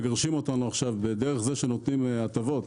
מגרשים אותנו, על ידי כך שנותנים לנו הטבות